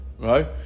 Right